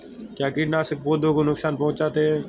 क्या कीटनाशक पौधों को नुकसान पहुँचाते हैं?